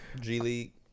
G-League